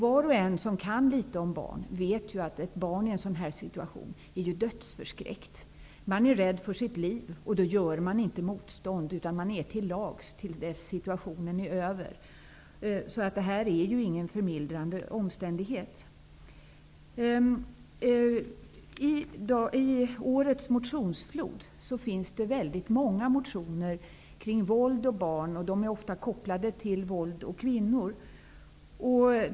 Var och en som kan litet om barn vet ju att ett barn i en sådan här situation är dödsförskräckt. Man är rädd för sitt liv, och då gör man inte motstånd utan man är till lags till dess situationen är över. Så det finns i detta fall inga förmildrande omständigheter. I årets motionsflod förekommer väldigt många motioner kring våld och barn. De är ofta kopplade till våld mot kvinnor.